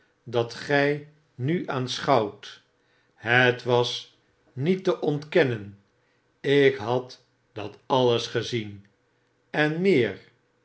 dat gij nu aanschouwt het was niet te ontkennen ik had dat alles gezien en meer